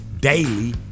daily